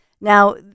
Now